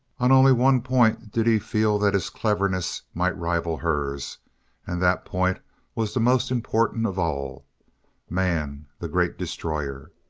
on only one point did he feel that his cleverness might rival hers and that point was the most important of all man the great destroyer.